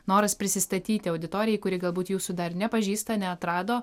noras prisistatyti auditorijai kuri galbūt jūsų dar nepažįsta neatrado